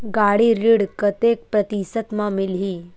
गाड़ी ऋण ह कतेक प्रतिशत म मिलही?